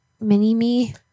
mini-me